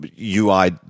UI